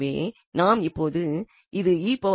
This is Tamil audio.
எனவே நாம் இப்பொழுது இது என்று சொல்லலாம்